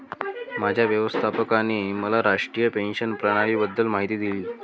माझ्या व्यवस्थापकाने मला राष्ट्रीय पेन्शन प्रणालीबद्दल माहिती दिली